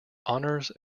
honors